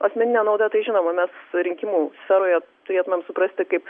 asmeninė nauda tai žinoma mes rinkimų sferoje turėtumėm suprasti kaip